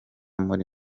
muri